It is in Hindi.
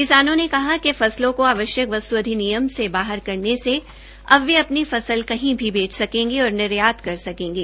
किसानों ने कहा कि फसलों को आवश्यक वसत् अधिनियम से बाहर करने सके अब वे अपनी फसल कहीं भी बेच सकेंगे और निर्यात कर सकेंगे